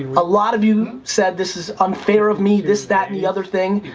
and a lot of you said this is unfair of me, this, that, and the other thing.